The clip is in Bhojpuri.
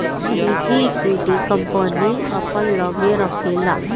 निजी इक्विटी, कंपनी अपना लग्गे राखेला